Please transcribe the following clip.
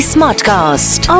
Smartcast